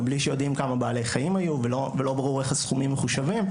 ובלי שיודעים כמה בעלי חיים היו ולא ברור איך הסכומים מחושבים.